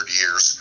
years